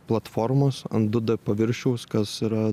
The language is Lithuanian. platformos ant du d paviršiaus kas yra